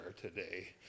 today